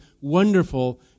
wonderful